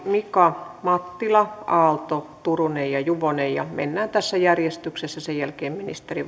mika kari mattila aalto turunen ja juvonen mennään tässä järjestyksessä sen jälkeen ministeri